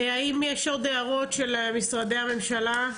האם יש עוד הערות של משרדי הממשלה?